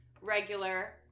regular